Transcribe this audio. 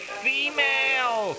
female